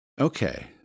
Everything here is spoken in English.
Okay